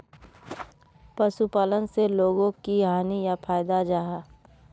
पशुपालन से लोगोक की हानि या फायदा जाहा?